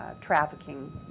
Trafficking